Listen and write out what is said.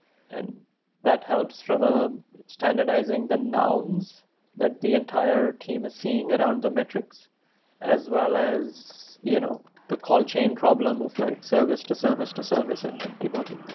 and that helps from ah standardizing the nouns that the entire team is seeing around the metrics as well as you know the call chain problem of like service to service to service and then debugging